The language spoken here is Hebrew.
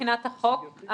מבחינת החוק,